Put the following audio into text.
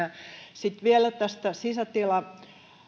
sitten vielä tästä